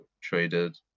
traded